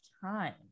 time